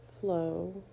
flow